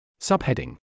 Subheading